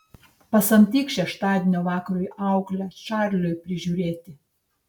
pasamdyk šeštadienio vakarui auklę čarliui prižiūrėti